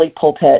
pulpit